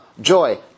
joy